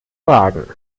wagen